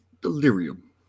delirium